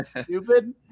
stupid